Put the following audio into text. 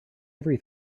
every